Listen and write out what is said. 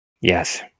Yes